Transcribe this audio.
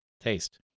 Taste